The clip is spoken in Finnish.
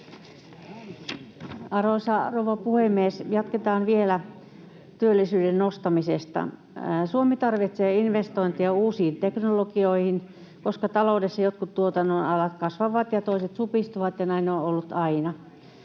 Arvoisa rouva puhemies! Jatketaan vielä työllisyyden nostamisesta. Suomi tarvitsee investointeja uusiin teknologioihin, koska taloudessa jotkut tuotannon-alat kasvavat ja toiset supistuvat, ja näin on ollut aina.